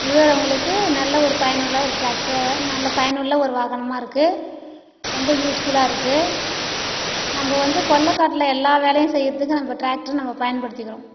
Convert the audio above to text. உழுவுறவங்களுக்கு நல்ல ஒரு பயனுள்ள ஒரு டிராக்டராக நல்ல பயனுள்ள ஒரு வாகனமாக இருக்கு ரொம்ப யூஸ்ஃபுல்லாக இருக்கு நம்ப வந்து கொல்லை காட்டில் எல்லா வேலையும் செய்யறத்துக்கு நம்ப டிராக்டரை நம்ப பயன்படுத்திக்கிறோம்